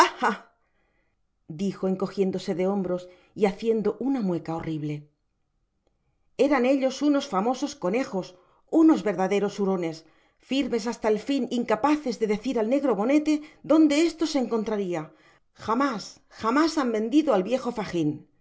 dijo encojiéndose de hombros y haciendo una mueca horrible eran ellos unos famosos conejos unos verdaderos hurones firmes hasta el fin incapaces de decir al negro bonete donde esto se encontraria jamás jamás han vendido al viejo fagin